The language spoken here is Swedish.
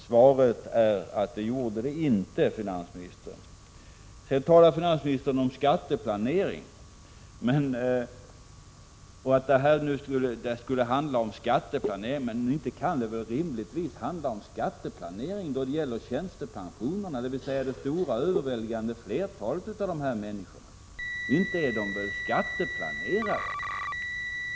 Svaret är att det inte gjorde det. Finansministern säger att det skulle handla om skatteplanering. Men inte kan det väl rimligtvis handla om detta när det gäller tjänstepensionerna och det överväldigande flertalet av de människor som drabbas? Inte är de väl skatteplanerare?